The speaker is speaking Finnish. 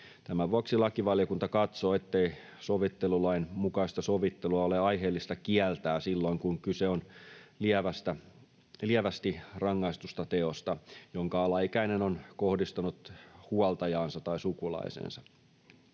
Tämän vuoksi lakivaliokunta katsoo, ettei sovittelulain mukaista sovittelua ole aiheellista kieltää silloin, kun kyse on lievästi rangaistusta teosta, jonka alaikäinen on kohdistanut huoltajaansa tai sukulaiseensa.